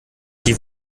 die